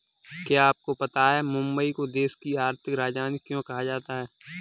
क्या आपको पता है मुंबई को देश की आर्थिक राजधानी क्यों कहा जाता है?